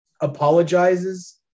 apologizes